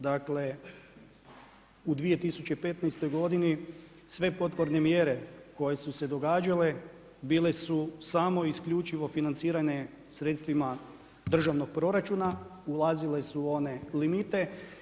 Dakle, u 2015. godini sve potporne mjere koje su se događale bile su samo i isključivo financirane sredstvima državnog proračuna, ulazile su u one limite.